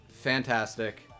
fantastic